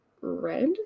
red